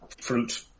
Fruit